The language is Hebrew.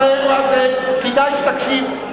אז כדאי שתקשיב.